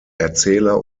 erzähler